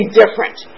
different